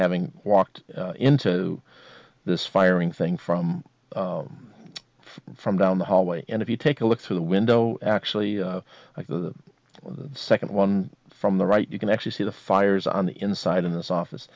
having walked into this firing thing from from down the hallway and if you take a look through the window actually the second one from the right you can actually see the fires on the inside in this office